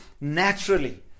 naturally